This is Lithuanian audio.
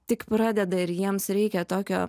tik pradeda ir jiems reikia tokio